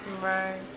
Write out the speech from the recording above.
Right